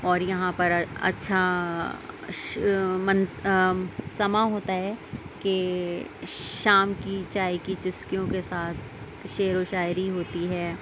اور یہاں پر اچھا سماں ہوتا ہے کہ شام کی چائے کی چسکیوں کے ساتھ شعر و شاعری ہوتی ہے